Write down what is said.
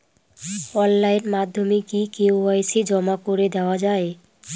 Online মাধ্যমে কি KYC জমা করে দেওয়া য়ায়?